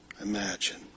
Imagine